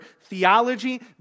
theology